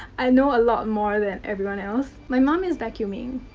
i know a lot more than everyone else. my mom is vacuuming.